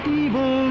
evil